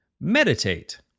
Meditate